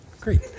Great